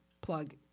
plug